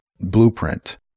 blueprint